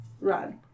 run